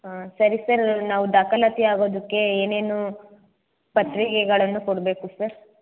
ಹಾಂ ಸರಿ ಸರ್ ನಾವು ದಾಖಲಾತಿ ಆಗೋದಕ್ಕೆ ಏನೇನು ಪತ್ರಿಕೆಗಳನ್ನು ಕೊಡಬೇಕು ಸರ್